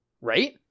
Right